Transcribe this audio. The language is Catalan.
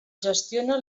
gestiona